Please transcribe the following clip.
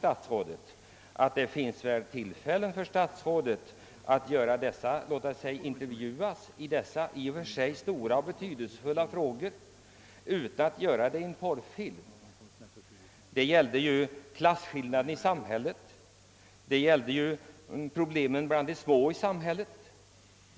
Statsrådet har väl möjlighet att låta sig intervjuas i dessa i och för sig stora och betydelsefulla frågor utan att göra det i en porrfilm. Frågorna gällde klasskillnaden och de mindre bemedlades problem i samhället.